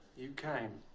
you came.